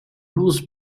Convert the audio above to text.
rules